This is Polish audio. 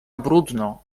bródno